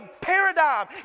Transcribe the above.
paradigm